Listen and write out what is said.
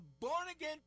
born-again